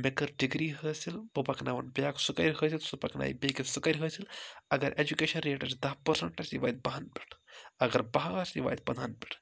مےٚ کٔر ڈِگری حٲصِل بہٕ پَکناوَن بیٛاکھ سُہ کَرِ حٲصِل سُہ پَکنایہِ بیٚیہِ کِنۍ سُہ کَرِ حٲصِل اگر ایٚجُکیشَن ریٹَس دَہ پٔرسَنٛٹَس نِوِتھ بَہَن پٮ۪ٹھ اگر بَہہ آسہِ یہِ واتہِ پَندہن پٮ۪ٹھ